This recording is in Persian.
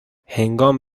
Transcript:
هنگام